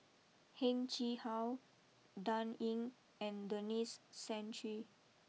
Heng Chee how Dan Ying and Denis Santry